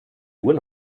uhr